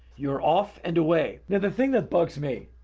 you're off and away now, the thing that bugs me.